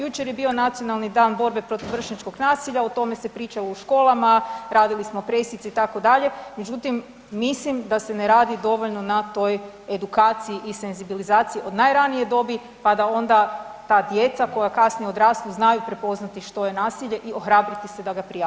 Jučer je bio Nacionalni dan borbe protiv vršnjačkog nasilja, o tome se priča u školama, radili smo pressice itd., međutim mislim da se ne radi dovoljno na toj edukaciji i senzibilizaciji od najranije dobi pa da da onda ta djeca koja kasnije odrastu znaju prepoznati što je nasilje i ohrabriti se da ga prijave.